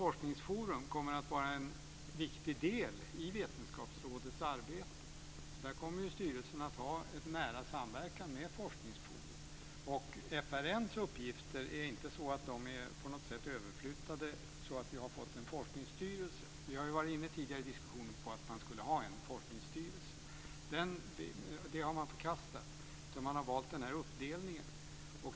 Forskningsforum kommer att vara en viktig del i vetenskapsrådets arbete. Styrelsen kommer att ha en nära samverkan med Forskningsforum. FRN:s uppgifter är inte på något sätt överflyttade så att vi har fått en forskningsstyrelse. Vi har ju tidigare i diskussionen varit inne på att man skulle ha en forskningsstyrelse. Det har man förkastat. I stället har man valt den här uppdelningen.